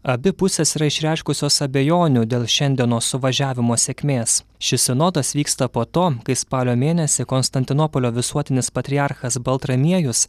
abi pusės yra išreiškusios abejonių dėl šiandienos suvažiavimo sėkmės šis sinodas vyksta po to kai spalio mėnesį konstantinopolio visuotinis patriarchas baltramiejus